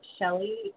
Shelly